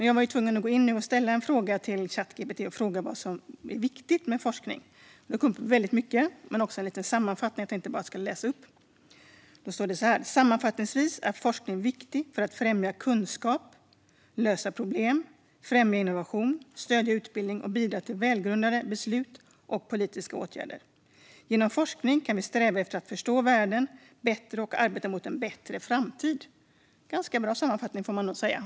Jag gick in och ställde en fråga till Chat GTP om vad som är viktigt med forskning. Det kom upp väldigt mycket. Jag ska läsa upp en liten sammanfattning. Det står: Sammanfattningsvis är forskning viktig för att främja kunskap, lösa problem, främja innovation, stödja utbildning och bidra till välgrundade beslut och politiska åtgärder. Genom forskning kan vi sträva efter att förstå världen bättre och arbeta mot en bättre framtid. Det är en ganska bra sammanfattning, får man nog säga.